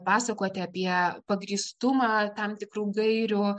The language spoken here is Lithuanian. pasakoti apie pagrįstumą tam tikrų gairių